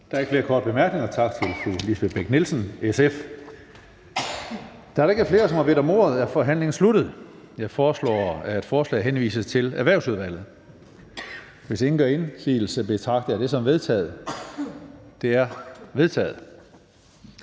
Der er ikke flere korte bemærkninger. Tak til fru Lisbeth Bech-Nielsen, SF. Da der ikke er flere, som har bedt om ordet, er forhandlingen sluttet. Jeg foreslår, at forslaget til folketingsbeslutning henvises til Erhvervsudvalget. Hvis ingen gør indsigelse, betragter jeg det som vedtaget. Det er vedtaget.